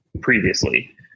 previously